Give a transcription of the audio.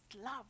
love